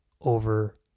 over